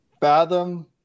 fathom